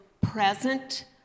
present